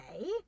okay